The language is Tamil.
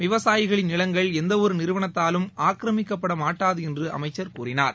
விவசாயிகளின் நிலங்கள் எந்தவொரு நிறுவனத்தாலும் ஆக்கிரமிக்கப்படமாட்டாது என்று அமைச்சர் கூறினார்